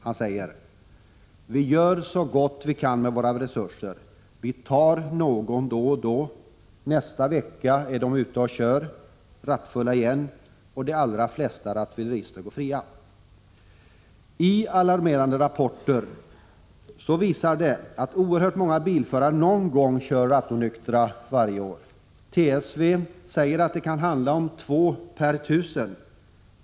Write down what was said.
Han säger: Vi gör så gott vi kan med våra resurser. Vi tar någon då och då. Nästa vecka är de ute och kör, rattfulla igen, och de allra flesta rattfyllerister går fria. I alarmerande rapporter visas att alltför många bilförare någon gång kör rattonyktra varje år. Trafiksäkerhetsverket säger att det kan handla om 2 per 1 000.